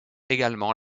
également